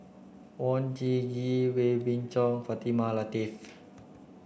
Oon Jin Gee Wee Beng Chong Fatimah Lateef